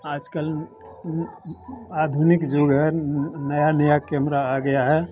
आजकल आधुनिक युग है नया नया कैमरा आ गया है